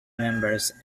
members